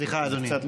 סליחה, אדוני.